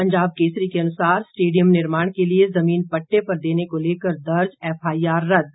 पंजाब केसरी के अनुसार स्टेडियम निर्माण के लिए जमीन पट्टे पर देने को लेकर दर्ज एफआईआर रद्द